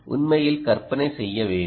உண்மையில் கற்பனை செய்ய வேண்டும்